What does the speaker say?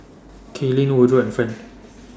Kaylynn Woodroe and Friend